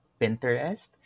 Pinterest